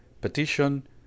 Petition